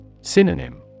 Synonym